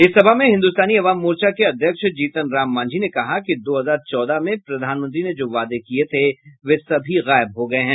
इस सभा में हिन्दुस्तानी अवाम मोर्चा के अध्यक्ष जीतनराम मांझी ने कहा कि दो हजार चौदह में प्रधानमंत्री ने जो वादे किये थे वे सभी गायब हो गये हैं